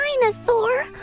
Dinosaur